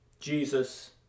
Jesus